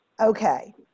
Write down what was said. Okay